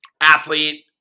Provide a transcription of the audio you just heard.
athlete